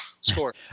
score